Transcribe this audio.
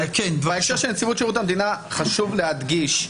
בהקשר של נציבות שירות המדינה חשוב להדגיש,